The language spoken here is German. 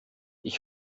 ich